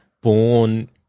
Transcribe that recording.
born